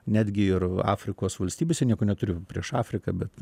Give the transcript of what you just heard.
netgi ir afrikos valstybėse nieko neturiu prieš afriką bet